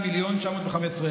10 מיליון ו-184,000,